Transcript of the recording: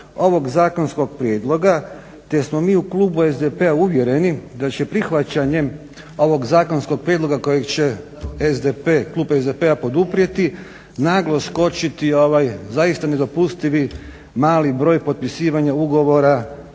ovog zakonskog prijedloga te smo mi u Klubu SDP-a uvjereni da će prihvaćanjem ovog zakonskog prijedloga kojeg će Klub SDP-a poduprijeti naglo skočiti zaista nedopustivi mali broj potpisivanja ugovora